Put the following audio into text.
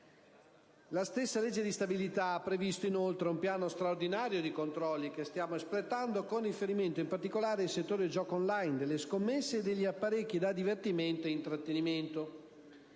La stessa legge di stabilità per il 2011 ha previsto, inoltre, un piano straordinario di controlli, che stiamo espletando, con riferimento in particolare ai settori del gioco *on line*, delle scommesse e degli apparecchi da divertimento ed intrattenimento.